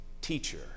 teacher